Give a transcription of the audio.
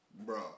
Bro